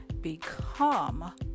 become